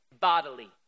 bodily